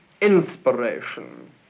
inspiration